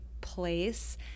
place